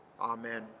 Amen